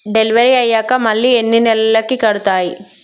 Delivery అయ్యాక మళ్ళీ ఎన్ని నెలలకి కడుతాయి?